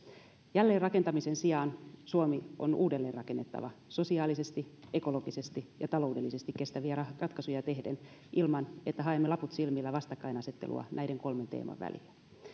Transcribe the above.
jälleenrakentamisen sijaan suomi on uudelleenrakennettava sosiaalisesti ekologisesti ja taloudellisesti kestäviä ratkaisuja tehden ilman että haemme laput silmillä vastakkainasettelua näiden kolmen teeman välillä